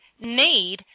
need